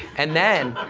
and then,